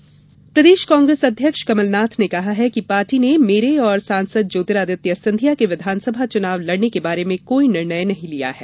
कमलनाथ बयान प्रदेश कांग्रेस अध्यक्ष कमलनाथ ने कहा है कि पार्टी ने मेरे और सासंद ज्योतिरादित्य सिंधिया के विधानसभा चूनाव लड़ने के बारे में कोई निर्णय नहीं लिया है